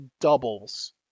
doubles